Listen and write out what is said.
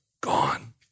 gone